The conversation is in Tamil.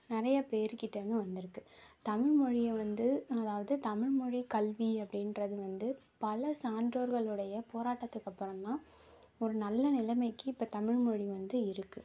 நிறையா பேருகிட்டே இருந்து வந்திருக்கு தமிழ்மொழியை வந்து அதாவது தமிழ்மொழி கல்வி அப்படின்றது வந்து பல சான்றோர்களுடைய போராட்டத்துக்கு அப்பறம் தான் இப்போ ஒரு நல்ல நிலமைக்கு இப்போ தமிழ்மொழி வந்து இருக்குது